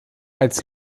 als